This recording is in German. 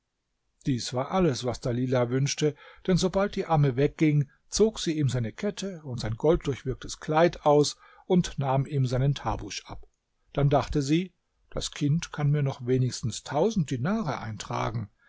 dies war alles was dalilah wünschte denn sobald die amme wegging zog sie ihm seine kette und sein golddurchwirktes kleid aus und nahm ihm seinen tarbusch ab dann dachte sie das kind kann mir noch wenigstens tausend dinare eintragen